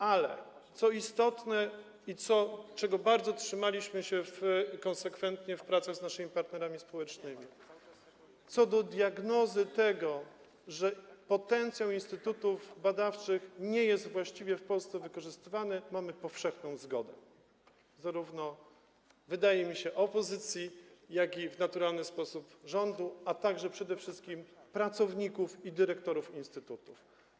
Ale co istotne i czego bardzo trzymaliśmy się konsekwentnie w pracach z naszymi partnerami społecznymi: co do diagnozy tego, że potencjał instytutów badawczych nie jest właściwie w Polsce wykorzystywany, mamy powszechną zgodę, zarówno, jak mi się wydaje, opozycji, jak i w naturalny sposób rządu, a także przede wszystkim pracowników i dyrektorów instytutów.